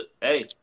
hey